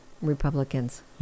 Republicans